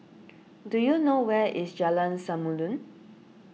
do you know where is Jalan Samulun